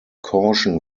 caution